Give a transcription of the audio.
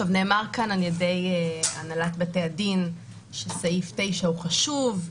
נאמר כאן על ידי הנהלת בתי הדין שסעיף 9 הוא חשוב,